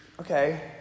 Okay